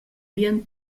bien